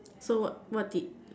so what what did